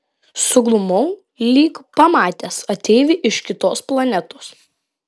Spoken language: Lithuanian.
suglumau lyg pamatęs ateivį iš kitos planetos